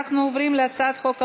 אנחנו עוברים להצעת החוק הבאה,